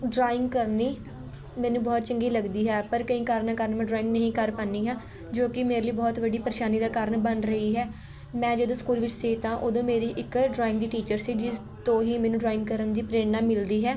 drawing ਕਰਨੀ ਮੈਨੂੰ ਬਹੁਤ ਚੰਗੀ ਲੱਗਦੀ ਹੈ ਪਰ ਕਈ ਕਾਰਨਾਂ ਕਾਰਨ ਮੈਂ ਡਰੋਇੰਗ ਨਹੀਂ ਕਰ ਪਾਉਂਦੀ ਹਾਂ ਜੋ ਕਿ ਮੇਰੇ ਲਈ ਬਹੁਤ ਵੱਡੀ ਪਰੇਸ਼ਾਨੀ ਦਾ ਕਾਰਨ ਬਣ ਰਹੀ ਹੈ ਮੈਂ ਜਦੋਂ ਸਕੂਲ ਵਿੱਚ ਸੀ ਤਾਂ ਉਦੋਂ ਮੇਰੀ ਇੱਕ ਡਰੋਇੰਗ ਦੀ ਟੀਚਰ ਸੀ ਜਿਸ ਤੋਂ ਹੀ ਮੈਨੂੰ ਡਰੋਇੰਗ ਕਰਨ ਦੀ ਪ੍ਰੇਰਨਾ ਮਿਲਦੀ ਹੈ